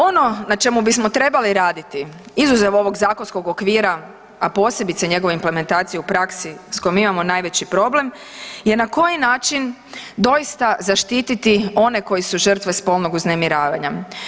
Ono na čemu bismo trebali raditi, izuzev ovog zakonskog okvira, a posebice njegove implementacije u praksi s kojom imamo najveći problem je na koji način doista zaštititi one koji su žrtve spolnog uznemiravanja.